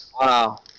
wow